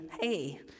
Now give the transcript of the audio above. hey